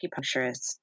acupuncturist